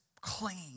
clean